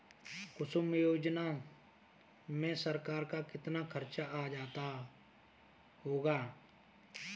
कुसुम योजना में सरकार का कितना खर्चा आ जाता होगा